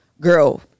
girl